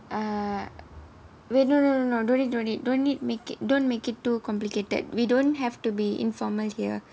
err wait no no no no don't need don't need don't need make it don't make it too complicated we don't have to be informal here